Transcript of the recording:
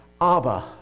Abba